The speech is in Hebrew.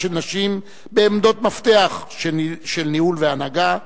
של נשים בעמדות מפתח של ניהול והנהגה,